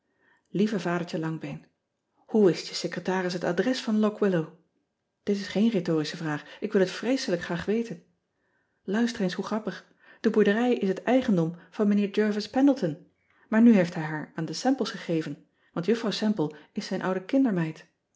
ieve adertje angbeen oe wist je secretaris het adres van ock illow dit is geen rhetorische vraag ik wil het vreeselijk graag weten uister eens hoe grappig de boerderij is het eigendom van mijnheer ervis endleton maar nu heeft hij haar aan de emples gegeven want uffrouw emple is zijn oude